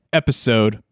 episode